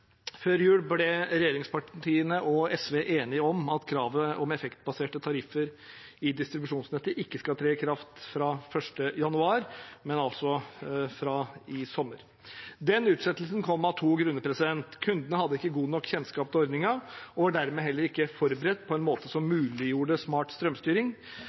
Før jul ble regjeringspartiene og SV enige om at kravet om effektbaserte tariffer i distribusjonsnettet ikke skal tre i kraft fra 1. januar, men fra i sommer. Den utsettelsen kom av to grunner. Kundene hadde ikke god nok kjennskap til ordningen og var dermed heller ikke forberedt på en måte som muliggjorde smart strømstyring.